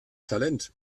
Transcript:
talent